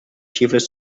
xifres